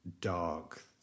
dark